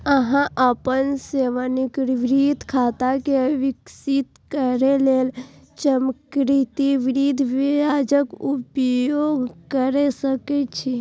अहां अपन सेवानिवृत्ति खाता कें विकसित करै लेल चक्रवृद्धि ब्याजक उपयोग कैर सकै छी